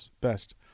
best